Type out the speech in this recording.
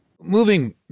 Moving